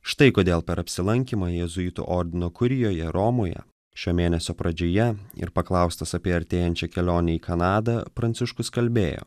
štai kodėl per apsilankymą jėzuitų ordino kurijoje romoje šio mėnesio pradžioje ir paklaustas apie artėjančią kelionę į kanadą pranciškus kalbėjo